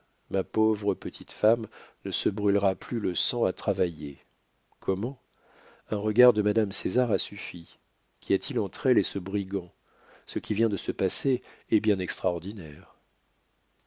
ma pauvre petite femme ne se brûlera plus le sang à travailler comment un regard de madame césar a suffi qu'y a-t-il entre elle et ce brigand ce qui vient de se passer est bien extraordinaire